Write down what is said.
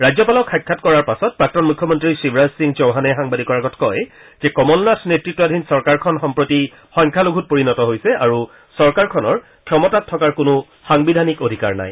ৰাজ্যপালক সাক্ষাৎ কৰাৰ পাছত প্ৰাক্তন মুখ্যমন্তী শিৱৰাজসিং চৌহানে সাংবাদিকৰ আগত কয় যে কমল নাথ নেত়তাধীন চৰকাৰখন সম্প্ৰতি সংখ্যালঘূত পৰিণত হৈছে আৰু চৰকাৰখনৰ ক্ষমতাত থকাৰ কোনো সাংবিধানিক অধিকাৰ নাই